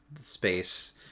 space